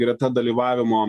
greta dalyvavimo